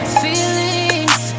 feelings